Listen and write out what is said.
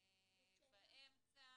באמצע